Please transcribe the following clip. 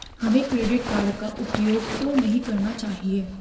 हमें credit card का उपयोग क्यों नहीं करना चाहिए?